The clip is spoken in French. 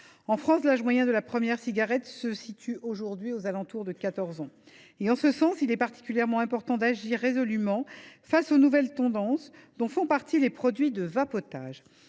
En France, l’âge moyen de la première cigarette se situe aujourd’hui aux alentours de 14 ans. Il est particulièrement important d’agir résolument face aux nouvelles tendances, dont font partie les produits de vapotage.